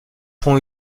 font